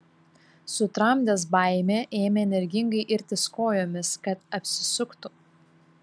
sutramdęs baimę ėmė energingai irtis kojomis kad apsisuktų